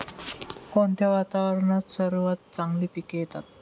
कोणत्या वातावरणात सर्वात चांगली पिके येतात?